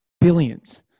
Billions